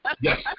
Yes